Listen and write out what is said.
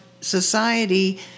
society